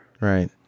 Right